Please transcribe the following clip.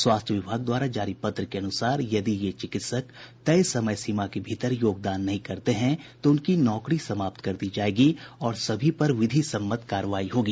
स्वास्थ्य विभाग द्वारा जारी पत्र के अनुसार यदि ये चिकित्सक तय समय सीमा के भीतर योगदान नहीं करते हैं तो उनकी नौकरी समाप्त कर दी जायेगी और सभी पर विधि सम्मत कार्रवाई होगी